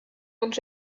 und